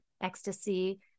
ecstasy